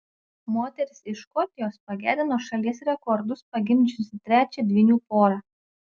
moteris iš škotijos pagerino šalies rekordus pagimdžiusi trečią dvynių porą